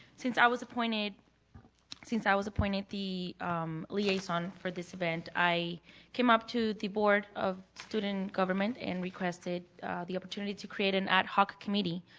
since i was appointed since i was appointed the liaison for this event, i came up to board of student government and requested the opportunity to create an ad hoc committee,